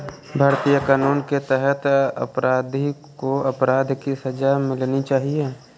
भारतीय कानून के तहत अपराधी को अपराध की सजा मिलनी चाहिए